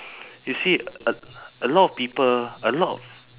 you see a a lot of people a lot of